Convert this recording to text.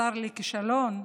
השר לכישלון,